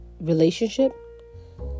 relationship